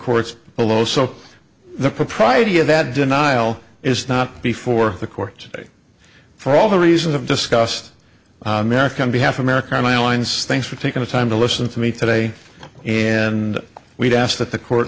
courts below so the propriety of that denial is not before the court today for all the reasons i've discussed american behalf american airlines thanks for taking the time to listen to me today and we'd ask that the court